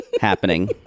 happening